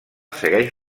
segueix